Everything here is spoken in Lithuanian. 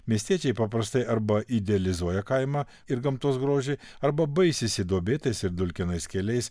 miestiečiai paprastai arba idealizuoja kaimą ir gamtos grožį arba baisisi duobėtais ir dulkinais keliais